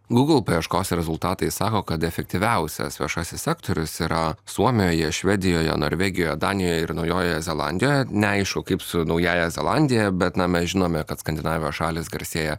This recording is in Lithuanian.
google paieškos rezultatai sako kad efektyviausias viešasis sektorius yra suomijoje švedijoje norvegijoje danijoje ir naujojoje zelandijoje neaišku kaip su naująja zelandija bet na mes žinome kad skandinavijos šalys garsėja